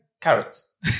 carrots